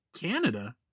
Canada